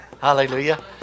Hallelujah